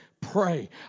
Pray